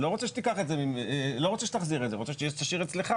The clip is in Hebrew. לא רוצה שתחזיר את זה אני רוצה שתשאיר אצלך,